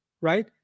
right